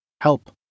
Help